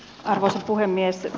arvoisa puhemies